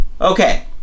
okay